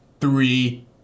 three